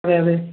അതെ അതെ